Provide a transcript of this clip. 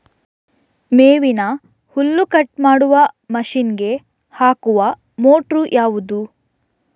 ಮೇವಿನ ಹುಲ್ಲು ಕಟ್ ಮಾಡುವ ಮಷೀನ್ ಗೆ ಹಾಕುವ ಮೋಟ್ರು ಯಾವುದು?